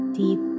deep